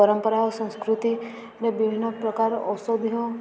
ପରମ୍ପରା ଓ ସଂସ୍କୃତିରେ ବିଭିନ୍ନ ପ୍ରକାର ଔଷଧୀୟ